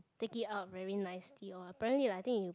take it out very nicely or apparently like I think you